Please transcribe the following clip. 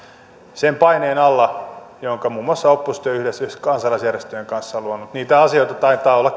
sen paineen alla jonka muun muassa oppositio yhdessä kansalaisjärjestöjen kanssa on luonut niitä asioita taitaa olla